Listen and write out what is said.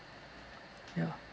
ya